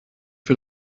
für